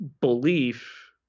belief